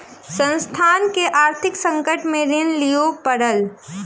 संस्थान के आर्थिक संकट में ऋण लिअ पड़ल